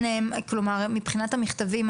מבחינת המכתבים,